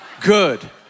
good